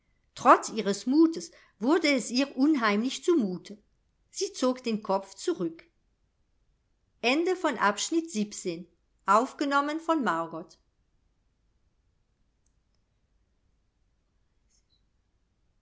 trotz ihres mutes wurde es ihr unheimlich zu mute sie zog den kopf zurück